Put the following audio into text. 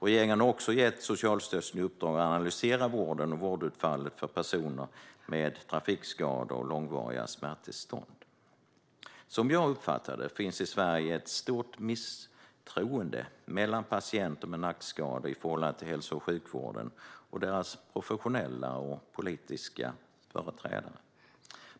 Regeringen har också gett Socialstyrelsen i uppdrag att analysera vården och vårdutfallet för personer med trafikskador och långvariga smärttillstånd. Som jag uppfattar det finns det i Sverige ett stort misstroende mellan patienter med nackskador och hälso och sjukvården och dess professionella och politiska företrädare.